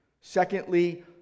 Secondly